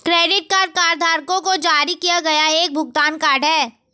credit card कार्डधारकों को जारी किया गया एक भुगतान कार्ड है